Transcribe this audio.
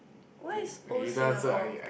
what is old Singapore